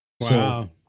Wow